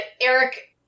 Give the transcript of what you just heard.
Eric